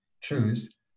choose